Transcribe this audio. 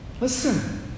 Listen